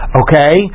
okay